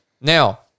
Now